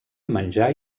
menjar